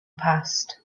past